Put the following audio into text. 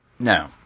No